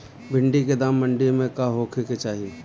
भिन्डी के दाम मंडी मे का होखे के चाही?